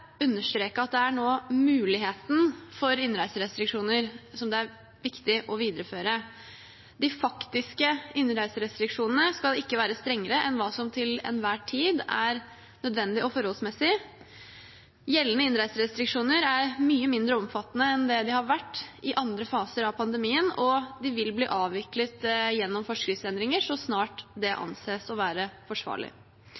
understreke at det nå er muligheten for innreiserestriksjoner det er viktig å videreføre. De faktiske innreiserestriksjonene skal ikke være strengere enn hva som til enhver tid er nødvendig og forholdsmessig. Gjeldende innreiserestriksjoner er mye mindre omfattende enn det de har vært i andre faser av pandemien, og de vil bli avviklet gjennom forskriftsendringer så snart det